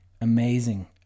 amazing